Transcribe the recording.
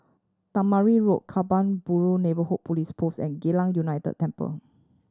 Tangmere Road Kebun Baru Neighbourhood Police Post and Geylang United Temple